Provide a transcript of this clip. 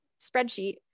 spreadsheet